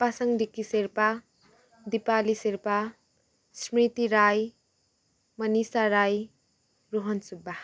Pasang Dikki Sherpa Dipali Sherpa Smriti Rai Manisha Rai Rohan Subba